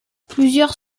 plusieurs